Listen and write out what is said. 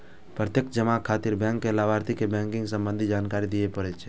प्रत्यक्ष जमा खातिर बैंक कें लाभार्थी के बैंकिंग संबंधी जानकारी दियै पड़ै छै